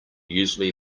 usually